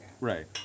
Right